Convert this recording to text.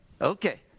Okay